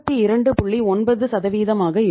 9 ஆக இருக்கும்